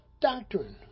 doctrine